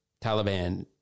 Taliban